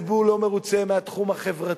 הציבור לא מרוצה מהתחום החברתי,